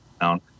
down